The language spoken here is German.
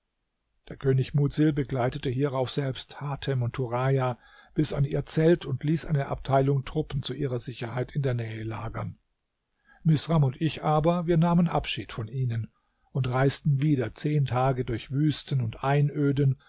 der könig mudsil begleitete hierauf selbst hatem und turaja bis an ihr zelt und ließ eine abteilung truppen zu ihrer sicherheit in der nähe lagern misram und ich aber wir nahmen abschied von ihnen und reisten wieder zehn tage durch wüsten und einöden